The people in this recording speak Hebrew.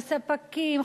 לספקים,